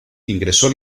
ingresó